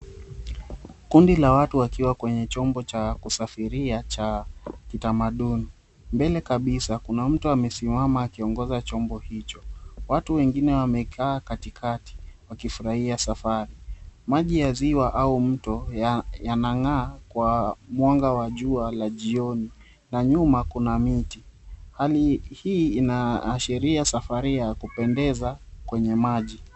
Kundi la watu wakiwa kwenye chombo cha kusafiria cha kitamaduni, mbele kabisa kuna mtu amesimama akiongoza chombo hicho. Watu wengine wamekaa katikati wakifurahia safari. Maji ya ziwa au mto yanang'aa kwa mwanga wa jua la jioni, na nyuma kuna miti. Hali hii inaashiria safari ya kupendeza kwenye maji.